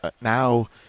now